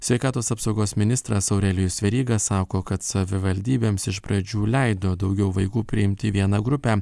sveikatos apsaugos ministras aurelijus veryga sako kad savivaldybėms iš pradžių leido daugiau vaikų priimti į vieną grupę